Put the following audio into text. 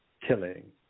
killing